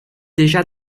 déjà